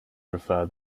prefer